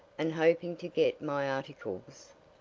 and hoping to get my articles,